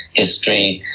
history,